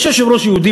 יש יושב-ראש יהודי,